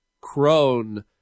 Crone